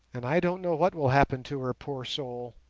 and i don't know what will happen to her, poor soul